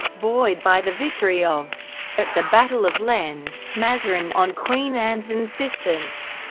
buoyed by the victory of at the battle of lens, mazarin, on queen anne's insistence,